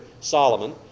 Solomon